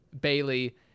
Bailey